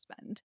spend